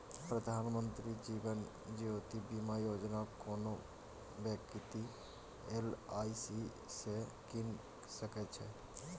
प्रधानमंत्री जीबन ज्योती बीमा योजना कोनो बेकती एल.आइ.सी सँ कीन सकै छै